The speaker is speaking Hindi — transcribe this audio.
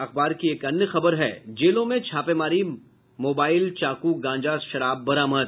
अखबार की एक अन्य खबर है जेलों में छापेमारी मोबाइल चाकू गांजा शराब बरामद